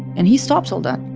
and he stopped all that